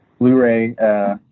Blu-ray